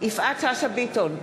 יפעת שאשא ביטון,